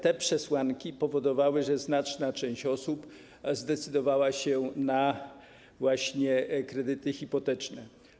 Te przesłanki powodowały, że znaczna część osób zdecydowała się właśnie na kredyty hipoteczne.